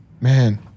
Man